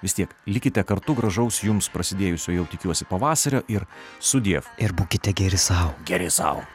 vis tiek likite kartu gražaus jums prasidėjusio jau tikiuosi pavasario ir sudiev ir būkite geri sau